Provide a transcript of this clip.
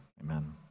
amen